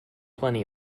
plenty